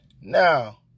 Now